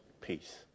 Peace